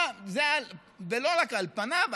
ולא רק על פניו,